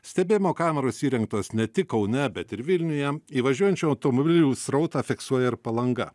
stebėjimo kameros įrengtos ne tik kaune bet ir vilniuje įvažiuojančių automobilių srautą fiksuoja ir palanga